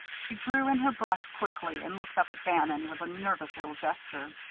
she drew in her breath quickly, and looked up at bannon with a nervous little gesture.